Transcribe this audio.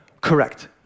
correct